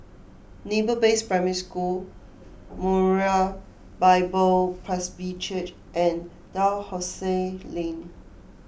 Naval Base Primary School Moriah Bible Presby Church and Dalhousie Lane